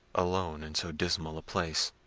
alone in so dismal a place,